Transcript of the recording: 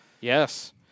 Yes